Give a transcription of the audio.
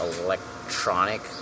electronic